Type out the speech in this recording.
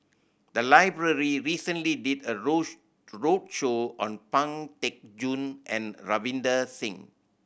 the library recently did a roadshow on Pang Teck Joon and Ravinder Singh